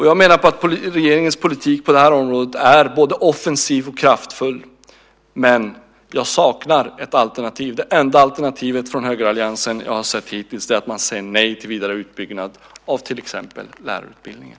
Jag menar att regeringens politik på det här området är både offensiv och kraftfull. Men jag saknar ett alternativ. Det enda alternativ från högeralliansen som jag har sett hittills är att man säger nej till vidare utbyggnad av till exempel lärarutbildningen.